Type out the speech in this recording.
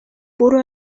برو